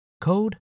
code